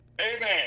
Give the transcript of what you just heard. Amen